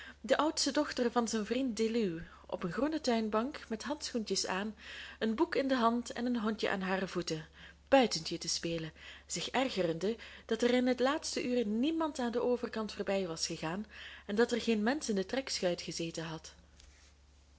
de oudste dochter van zijn vriend deluw op een groene tuinbank met handschoentjes aan een boek in de hand en een hondje aan hare voeten buitentje te spelen zich ergerende dat er in het laatste uur niemand aan den overkant voorbij was gegaan en dat er geen mensch in de trekschuit gezeten had